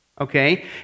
Okay